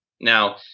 Now